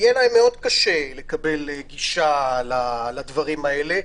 יהיה להם מאוד קשה לקבל גישה לדברים האלה.